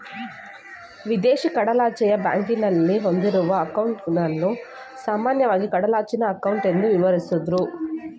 ವಿದೇಶಿ ಕಡಲಾಚೆಯ ಬ್ಯಾಂಕ್ನಲ್ಲಿ ಹೊಂದಿರುವ ಅಂಕೌಟನ್ನ ಸಾಮಾನ್ಯವಾಗಿ ಕಡಲಾಚೆಯ ಅಂಕೌಟ್ ಎಂದು ವಿವರಿಸುದ್ರು